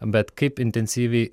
bet kaip intensyviai